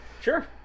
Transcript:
sure